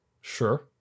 Sure